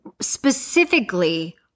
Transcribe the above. specifically